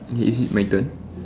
is it my turn